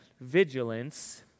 vigilance